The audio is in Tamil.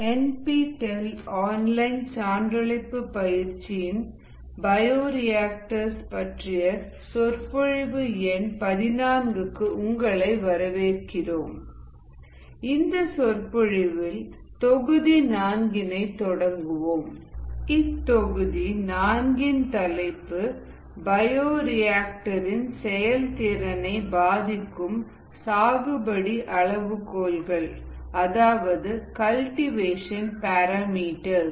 இத்தொகுதி 4கின் தலைப்பு பயோரிஆக்டர் இன் செயல்திறனை பாதிக்கும் சாகுபடி அளவுகோல்கள் அதாவது கல்டிவேஷன் பேராமீட்டர்ஸ்